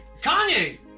Kanye